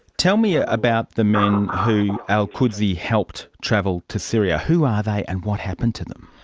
tell me ah about the men who alqudsi helped travel to syria? who are they and what happened to them?